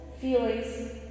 feelings